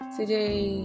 Today